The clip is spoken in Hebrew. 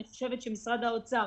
אני חושבת שמשרד האוצר,